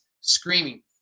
screaming